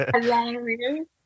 Hilarious